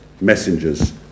messengers